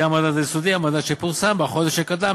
יהיה המדד היסודי המדד שפורסם בחודש שקדם